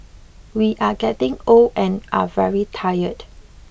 we are getting old and are very tired